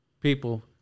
people